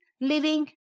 living